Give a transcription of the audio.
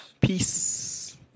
Peace